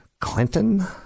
Clinton